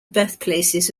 birthplaces